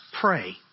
pray